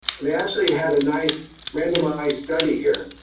and they actually had a nice randomized study here.